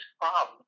problem